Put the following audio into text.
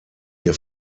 ihr